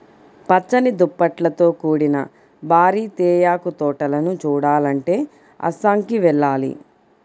పచ్చని దుప్పట్లతో కూడిన భారీ తేయాకు తోటలను చూడాలంటే అస్సాంకి వెళ్ళాలి